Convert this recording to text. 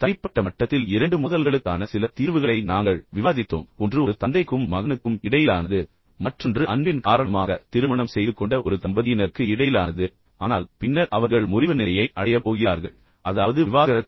தனிப்பட்ட மட்டத்தில் இரண்டு மோதல்களுக்கான சில தீர்வுகளை நாங்கள் விவாதித்தோம் ஒன்று ஒரு தந்தைக்கும் மகனுக்கும் இடையிலானது மற்றொன்று அன்பின் காரணமாக திருமணம் செய்து கொண்ட ஒரு தம்பதியினருக்கு இடையிலானது ஆனால் பின்னர் அவர்கள் முறிவு நிலையை அடையப் போகிறார்கள் அதாவது விவாகரத்து